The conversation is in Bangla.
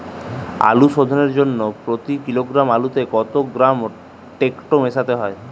আলু শোধনের জন্য প্রতি কিলোগ্রাম আলুতে কত গ্রাম টেকটো মেশাতে হবে?